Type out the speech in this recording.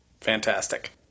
Fantastic